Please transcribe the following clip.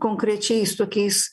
konkrečiais tokiais